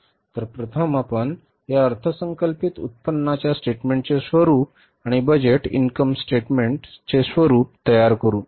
तर प्रथम आपण या अर्थसंकल्पित उत्पन्नाच्या स्टेटमेंटचे स्वरुप आणि बजेट इन्कम स्टेटमेंटचे स्वरुप तयार करू